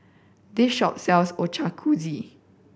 this shop sells Ochazuke